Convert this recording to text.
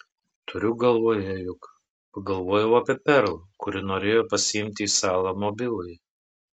turiu galvoje juk pagalvojau apie perl kuri norėjo pasiimti į salą mobilųjį